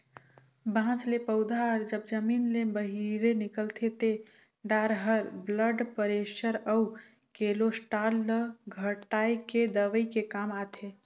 बांस ले पउधा हर जब जमीन ले बहिरे निकलथे ते डार हर ब्लड परेसर अउ केलोस्टाल ल घटाए के दवई के काम आथे